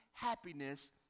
happiness